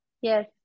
Yes